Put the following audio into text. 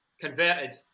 Converted